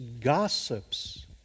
gossips